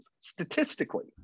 statistically